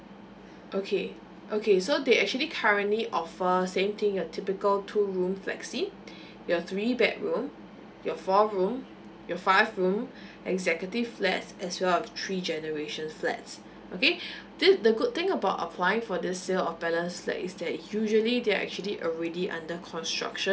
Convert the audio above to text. okay okay so they actually currently offer same thing uh typical two room flexi your three bedroom your four room your five room executive flat as well as three generations flats okay this the good thing about applying for the sale of balance flat is that usually they are actually already under construction